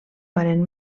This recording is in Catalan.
parent